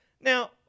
Now